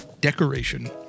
decoration